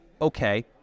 okay